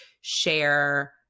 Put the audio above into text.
share